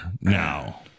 now